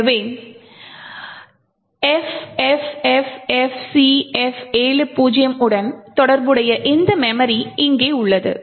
எனவே FFFFCF70 உடன் தொடர்புடையது இந்த மெமரி இங்கே உள்ளது